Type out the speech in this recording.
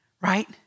Right